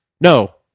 No